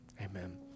amen